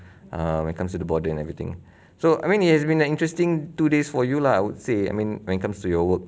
uh when it comes to the border and everything so I mean it has been an interesting two days for you lah I would say I mean when it comes to your work